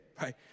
right